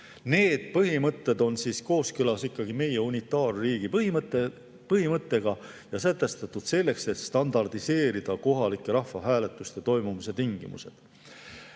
Need põhimõtted on ikkagi kooskõlas meie unitaarriigi põhimõttega ja sätestatud selleks, et standardiseerida kohalike rahvahääletuste toimumise tingimused.